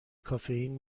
کافئین